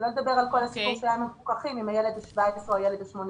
שלא לדבר על כל הסיפור של המפוקחים אם הילד הוא 17 או הוא הילד ה-18.